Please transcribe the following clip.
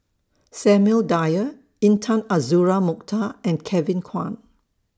Samuel Dyer Intan Azura Mokhtar and Kevin Kwan